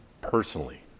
personally